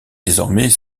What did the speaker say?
désormais